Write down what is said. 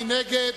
מי נגד?